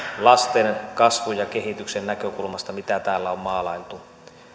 lasten kasvun ja kehityksen näkökulmasta mitä täällä on maalailtu